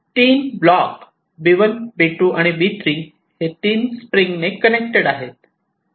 तीन block B1 B2 आणि B3 हे 3 स्प्रिंग ने कनेक्टेड आहेत